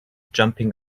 jumping